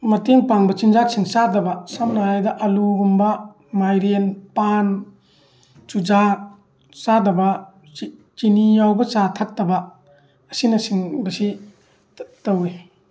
ꯃꯇꯦꯡ ꯄꯥꯡꯕ ꯆꯤꯟꯖꯥꯛꯁꯤꯡ ꯆꯥꯗꯕ ꯁꯝꯅ ꯍꯥꯏꯔꯕꯗ ꯑꯂꯨꯒꯨꯝꯕ ꯃꯥꯏꯔꯦꯟ ꯄꯥꯟ ꯆꯨꯖꯥꯛ ꯆꯥꯗꯕ ꯆꯤꯅꯤ ꯌꯥꯎꯕ ꯆꯥ ꯊꯛꯇꯕ ꯑꯁꯤꯅꯆꯤꯡꯕꯁꯤ ꯇꯧꯋꯤ